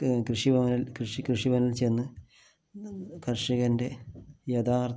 കൃഷിഭവനിൽ കൃഷി കൃഷിഭവനിൽ ചെന്ന് കർഷകൻ്റെ യഥാർഥ